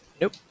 nope